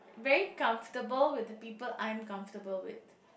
very comfortable with the people I'm comfortable with